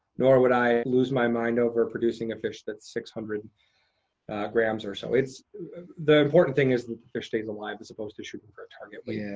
nor would i lose my mind over producing a fish that's six hundred grams or so. the important thing is the fish stays alive as opposed to shooting for a target. yeah,